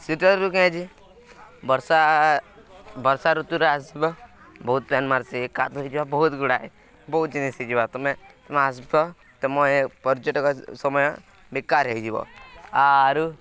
ଶୀତଋତୁରୁ କେହିଁଛେ ବର୍ଷା ବର୍ଷା ଋତୁୁର ଆସିବ ବହୁତ ପେନ୍ ମାର୍ସି କାଦ ହେଇଯିବ ବହୁତ ଗୁଡ଼ାଏ ବହୁତ ଜିନିସି ହେଇଯିବା ତମେ ତମେ ଆସିବ ତମ ଏ ପର୍ଯ୍ୟଟକ ସମୟ ବେକାର ହେଇଯିବ ଆରୁ